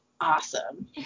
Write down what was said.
awesome